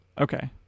Okay